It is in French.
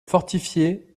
fortifier